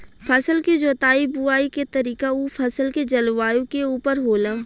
फसल के जोताई बुआई के तरीका उ फसल के जलवायु के उपर होला